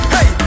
Hey